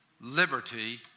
liberty